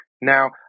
Now